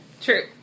True